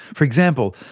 for example,